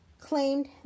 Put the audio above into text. claimed